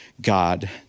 God